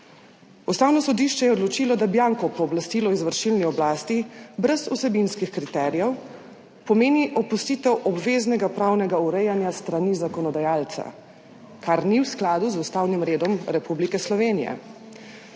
Ustavno sodišče je odločilo, da bianko pooblastilo izvršilni oblasti brez vsebinskih kriterijev pomeni opustitev obveznega pravnega urejanja s strani zakonodajalca, kar ni v skladu z ustavnim redom Republike Slovenije.